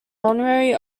honorary